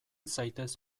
zaitez